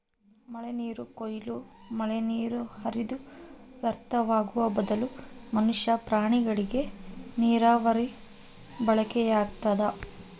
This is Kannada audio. ಮಳೆನೀರು ಕೊಯ್ಲು ಮಳೆನೀರು ಹರಿದು ವ್ಯರ್ಥವಾಗುವ ಬದಲು ಮನುಷ್ಯ ಪ್ರಾಣಿಗಳಿಗೆ ನೀರಾವರಿಗೆ ಬಳಕೆಯಾಗ್ತದ